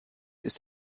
ist